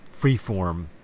freeform